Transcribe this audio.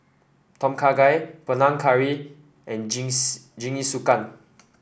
Tom Kha Gai Panang Curry and Jingisukan